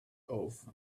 off